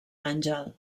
àngel